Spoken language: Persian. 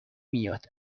میاد